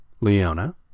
Leona